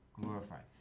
glorified